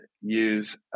use